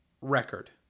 record